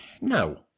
No